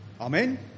Amen